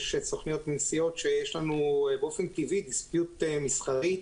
יש סוכנויות נסיעות שיש לנו באופן טבעי "דיספיוט" אפשרי אתן,